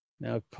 Now